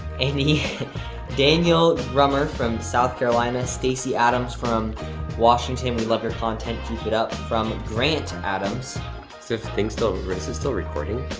amy daniel drummer from south carolina. stacy adams from washington, we love your content keep it up, from grant adams. so if things don't, is it still recording?